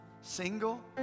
single